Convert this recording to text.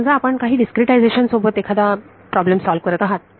समजा आपण काही डीस्क्रीटायझेशन सोबत एखादा प्रॉब्लेम सॉव्ह करत आहात